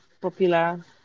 popular